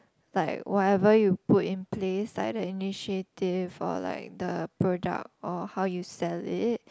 like whatever you put in place like the initiative or like the product or how you sell it